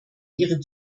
ihre